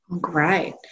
great